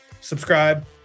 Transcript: Subscribe